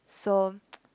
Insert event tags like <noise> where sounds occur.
so <noise>